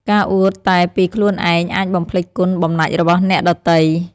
ការអួតតែពីខ្លួនឯងអាចបំភ្លេចគុណបំណាច់របស់អ្នកដទៃ។